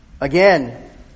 Again